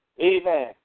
Amen